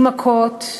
היא מכות,